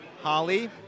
Holly